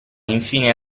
infine